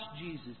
Jesus